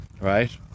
right